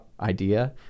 idea